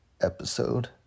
episode